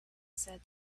said